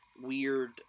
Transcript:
weird